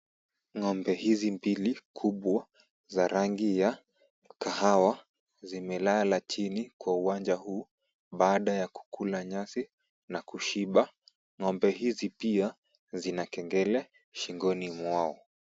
Ng'ombe hizi mbili kubwa za rangi ya kahawa, zimelala chini kwa uwanja huu baada ya kukula nyasi na kushiba. Ng'ombe hizi pia zina kengele shingoni mwao.